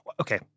okay